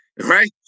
Right